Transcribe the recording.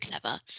clever